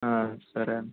హా సరే అండి